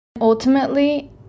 ultimately